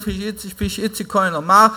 כפי שאיציק כהן אמר,